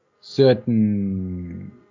certain